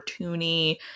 cartoony